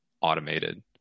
automated